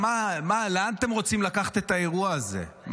לאן אתם רוצים לקחת את האירוע הזה?